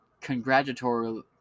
congratulatory